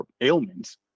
ailments